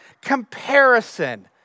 comparison